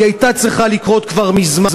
היא הייתה צריכה לקרות כבר מזמן,